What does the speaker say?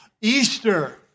Easter